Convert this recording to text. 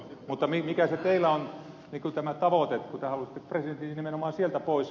mutta mikä se teillä on tämä tavoite kun te halusitte presidentin nimenomaan sieltä pois